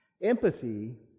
Empathy